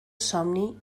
somni